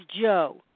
Joe